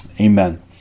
Amen